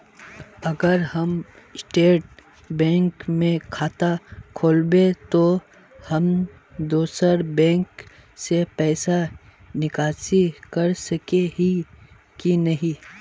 अगर हम state bank में खाता खोलबे तो हम दोसर बैंक से पैसा निकासी कर सके ही की नहीं?